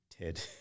Ted